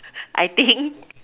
I think